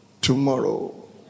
Tomorrow